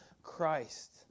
Christ